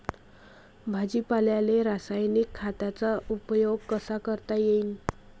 भाजीपाल्याले रासायनिक खतांचा उपयोग कसा करता येईन?